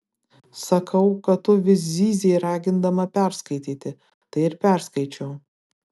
sakau kad tu vis zyzei ragindama perskaityti tai ir perskaičiau